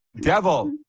devil